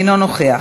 אינו נוכח,